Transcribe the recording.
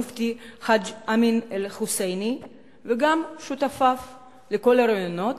המופתי חאג' אמין אל-חוסייני וגם שותפו לכל הרעיונות,